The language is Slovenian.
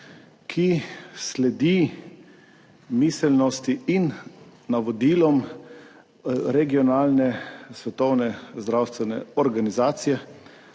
ki sledi miselnosti in navodilom regionalne Svetovne zdravstvene organizacije,